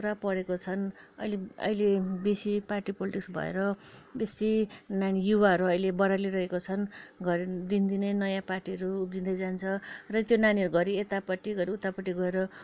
पुरा पढेको छन् अहिले अहिले बेसी पार्टी पोलिटिक्स भएर बेसी न युवाहरू अहिले बरालिरहेको छन् घरि दिन दिनै नयाँ पार्टिहरू उब्जिन्दै जान्छ र त्यो नानीहरू घरि यतापट्टि घरि उतापट्टि गएर